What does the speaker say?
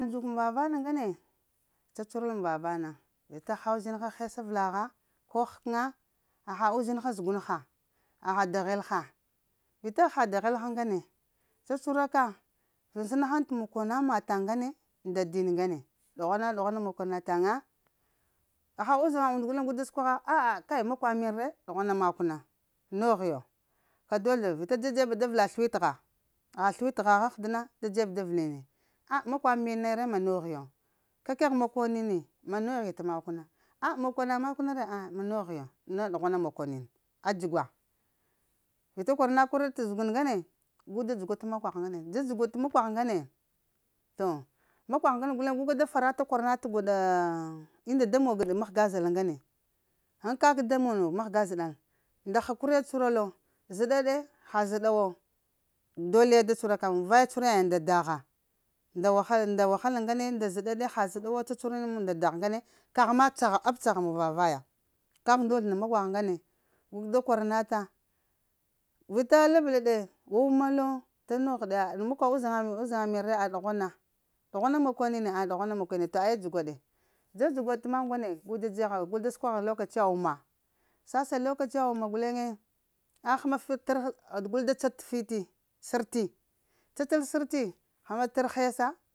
T'ndzuk muva vana ŋgane, cacuhura! Muŋ va vana, vita haha uzinha hesa aⱱəlaha, ko həkəna haha uzinha zəgunha? Ha da helha, vita? Ha dahelha ŋgane cacuhuraka, sənsəna gahŋ t'makina matan ŋgane nda din ŋgane, ɗughwana ɗughwana makona taŋa haha uzaŋa und guleŋ gu da səkwagha? Kan makwa menre ɗughwana makw na, nogh yo ka dozlo vita da dzebəɗ da vəka sləwitəgha haha sləwitəgha ahɗəna da dzeb da vəlini? Makwa men ya re ma nogh yo kakaegh makonini ma noghi t makw na? Makona makw na re a ma noghiyo ne ɗughwana makona makw na a dzugwa, vita kwara na kwaral t'zəun ŋgane gu da dzugwa t'makwagh ŋgane dza̱dzugwa t'makwagh ŋgane to makwagh ŋgane guda faranat gwaɗa ŋ unda da mogəɗ mahga zəɗal ŋgane,? Ghan ka kak da mono mahga zeɗal, nda hakuriye tsuhuralo, zəɗa-ɗe ha zəɗa wo doliye da cuhuraka mun vaye cuhura yiŋ nayiŋ nda dagha nda wahala ŋgane nda zəɗe-ɗe cuhura yiŋ nda dagh ŋgane. Amma caha ap caha mup va vaya, kak dozl nda makwagh ŋgane gu ka da kwara na ta, vita labla ɗe, wuwuna lo t'negh ka uza makwa uzarya men re? Duhwan dughwa mako nini a dzugwa ɗe dza dzugwa ɗe t'makw ŋgane gu da səkwagha lokaciya wuma sasa lokaciya wuma guleŋe a həma fit ter gul da ca t’ fiti, sərti cacal sərti həma tər hesa